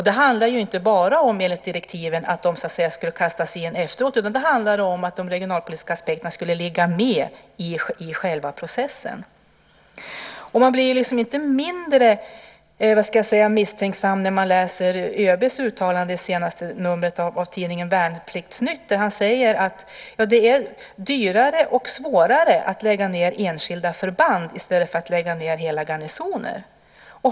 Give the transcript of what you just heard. Det handlar enligt direktiven inte bara om att de ska kastas in efteråt, utan de regionalpolitiska aspekterna ska finnas med i själva processen. Man blir inte mindre misstänksam när man läser ÖB:s uttalande i senaste numret av tidningen Värnpliktsnytt. Han säger att det är dyrare och svårare att lägga ned enskilda förband i stället för att lägga ned hela garnisoner.